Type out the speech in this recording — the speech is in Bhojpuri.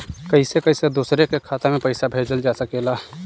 कईसे कईसे दूसरे के खाता में पईसा भेजल जा सकेला?